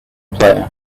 player